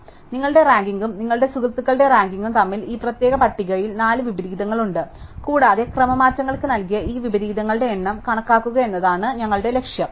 അതിനാൽ നിങ്ങളുടെ റാങ്കിംഗും നിങ്ങളുടെ സുഹുർത്തകളുടെ റാങ്കിംഗും തമ്മിൽ ഈ പ്രത്യേക പട്ടികയിൽ നാല് വിപരീതങ്ങളുണ്ട് കൂടാതെ ക്രമമാറ്റങ്ങൾക്ക് നൽകിയ ഈ വിപരീതങ്ങളുടെ എണ്ണം കണക്കാക്കുക എന്നതാണ് ഞങ്ങളുടെ ലക്ഷ്യം